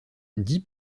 dix